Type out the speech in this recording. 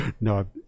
no